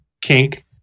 kink